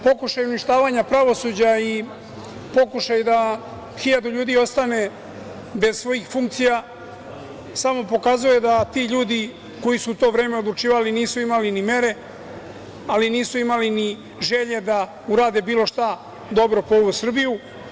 Pokušaj uništavanja pravosuđa i pokušaj da hiljadu ljudi ostane bez svojih funkcija samo pokazuje da ti ljudi koji su u to vreme odlučivali nisu imali ni mere, ali nisu imali ni želje da urade bilo šta dobro po Srbiju.